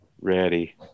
Ready